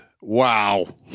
wow